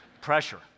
Pressure